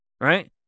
Right